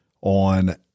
on